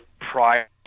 prior